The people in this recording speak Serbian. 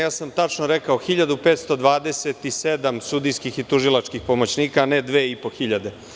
Ja sam tačno rekao 1527 sudijskih i tužilačkih pomoćnika, a ne 2500.